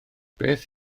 beth